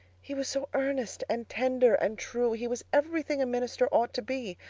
he was so earnest and tender and true. he was everything a minister ought to be.